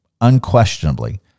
unquestionably